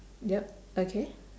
yup okay